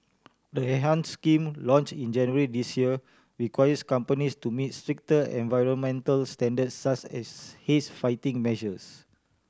the enhance scheme launch in January this year requires companies to meet stricter and environmental standards such as haze fighting measures